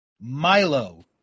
Milo